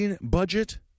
budget